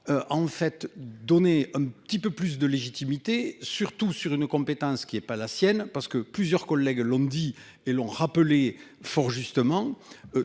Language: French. en fait donner un petit peu plus de légitimité, surtout sur une compétence qui n'est pas la sienne parce que plusieurs collègues lundi et l'ont rappelé fort justement